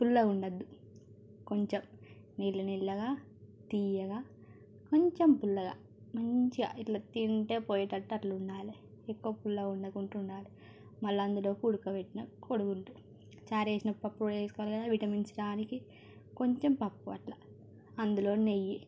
పుల్లగా ఉండొద్దు కొంచెం నీళ్ళు నీళ్ళుగా తియ్యగా కొంచెం పుల్లగా మంచిగా ఇట్లా తింటే పోయేటట్టు అట్లా ఉండాలి ఎక్కువ పుల్లగా ఉండక ఉండాలి మళ్ళీ అందులోకి ఉడకబెట్టిన కోడిగుడ్డు చారేసిన పప్పు వేసుకోవాలి కదా విటమిన్స్ రానీకి కొంచెం పప్పు అట్లా అందులో నెయ్యి